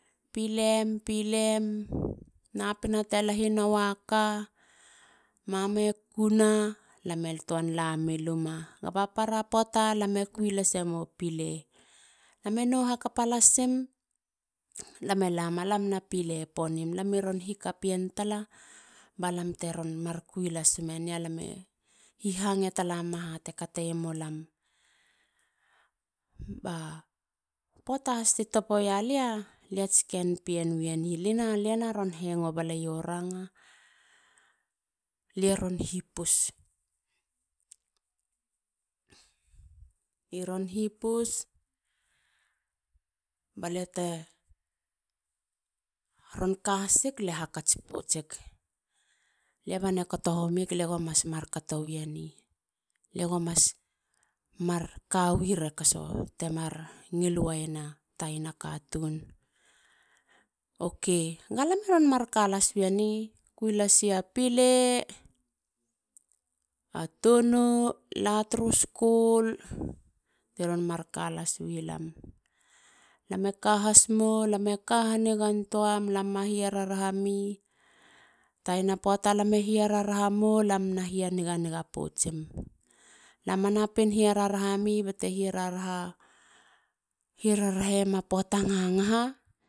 Pilem. pilem. napina te lahi nowa ka. mama e kuna lame tuan lamumi luma. Kaba para puata lame kui lasema pile. lame nou hakapa lasim a lamena pile ponim. lami ron hikapien tala. balam teron mar kui las wemeni. alam e hihange tala mema ha te kateiemu lam ba poata has ti tapo ya lia. liats ken pien wi eni. lia maron hengo bale i u ranga. lie ron hipus balia tteron ka hasik. lie hakats poutsik. lia banei kato homik. lie go mas mar katowi enilie go mas kawi rekaso. temar ngil waiena taina katun. Ok. galam i ron mar kalas wi eni. kui lasi a pile. a tonou. la turu skul. tiron mar ka las wi lam. Lam e kahas mo. lam e ka hanigan tuam. ma hiararaha mi. tayina poata lam e hiararaha mou. lam e niga poutsim. lam ma napin hia raraha mi ba te. raraheiema poata lehana